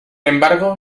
embargo